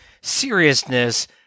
seriousness